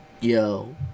Yo